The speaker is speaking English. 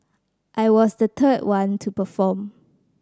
I was the third one to perform